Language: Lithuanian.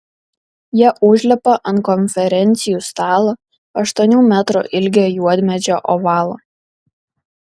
jie užlipa ant konferencijų stalo aštuonių metrų ilgio juodmedžio ovalo